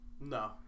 No